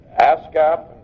ASCAP